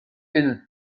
bild